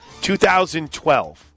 2012